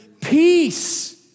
peace